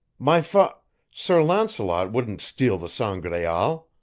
my fa sir launcelot wouldn't steal the sangraal!